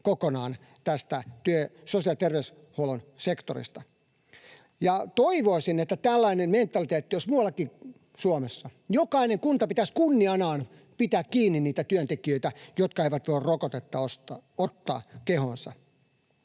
kokonaan tästä sosiaali- ja terveyshuollon sektorista. Toivoisin, että tällainen mentaliteetti olisi muuallakin Suomessa, ja jokainen kunta pitäisi kunnianaan pitää kiinni niistä työntekijöistä, jotka eivät voi rokotetta ottaa kehoonsa.